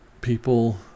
people